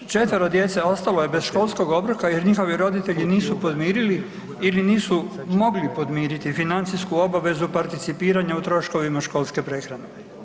Četvero djece ostalo je bez školskog obroka jer njihovi roditelji nisu podmirili ili nisu mogli podmiriti financijsku obavezu participiranja u troškovima školske prehrane.